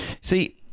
See